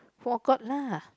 four o-clock lah